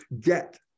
get